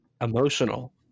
Emotional